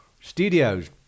Studios